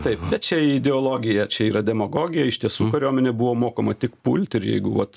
taip bet čia ideologija čia yra demagogija iš tiesų kariuomenė buvo mokoma tik pulti ir jeigu vat